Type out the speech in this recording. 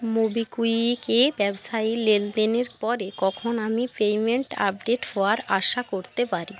MobiKwik এ ব্যবসায়ী লেনদেনের পরে কখন আমি পেমেন্ট আপডেট হওয়ার আশা করতে পারি